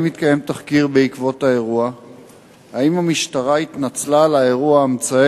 1. האם התקיים תחקיר בעקבות האירוע?